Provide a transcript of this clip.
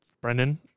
Brendan